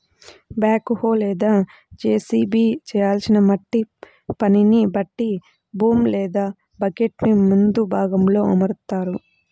back హో లేదా JCB చేయాల్సిన మట్టి పనిని బట్టి బూమ్ లేదా బకెట్టుని ముందు భాగంలో అమరుత్తారు